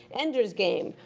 ender's game,